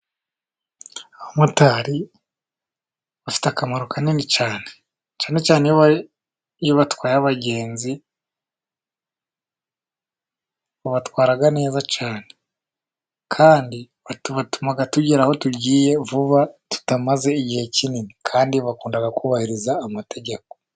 Abamotari bafite akamaro kanini cyane. Cyane cyane iyo batwaye abagenzi, babatwara neza cyane. Kandi batuma tugera aho tugiye vuba tutamaze igihe kinini, kandi bakunda kubahiriza amategeko.